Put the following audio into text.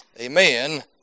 amen